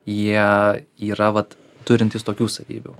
jie yra vat turintys tokių savybių